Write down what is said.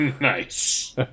nice